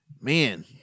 man